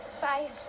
bye